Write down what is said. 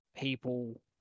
people